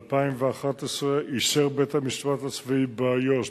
2011 אישר בית-המשפט הצבאי באיו"ש,